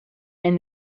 and